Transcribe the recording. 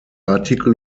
artikel